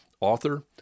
author